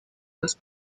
los